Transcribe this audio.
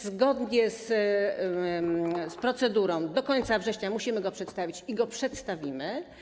Zgodnie z procedurą do końca września musimy go przedstawić i go przedstawimy.